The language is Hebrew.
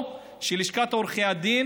או שלשכת עורכי הדין,